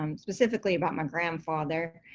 um specifically about my grandfather.